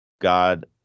God